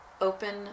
Open